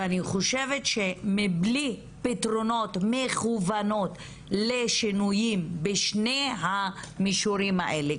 אני חושבת שמבלי פתרונות מכוונים לשינויים בשני המישורים האלה,